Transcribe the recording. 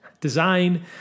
Design